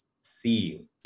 see